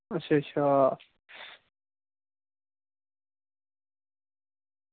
अच्छा अच्छा